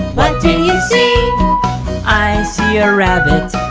what do you see i see a rabbit.